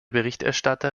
berichterstatter